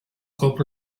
cop